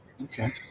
Okay